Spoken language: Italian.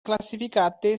classificate